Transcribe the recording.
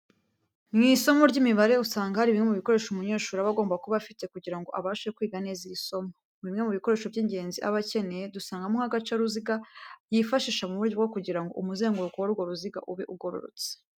Mu isomo ry'imibare usanga hari bimwe mu bikoresho umunyeshuri aba agomba kuba afite kugira ngo abashe kwiga neza iri somo. Bimwe mu bikoresho by'ingenzi aba akeneye dusangamo nk'agacaruziga yifashisha mu buryo bwo kugira ngo umuzenguruko w'urwo ruziga ube ugororotse.